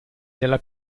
della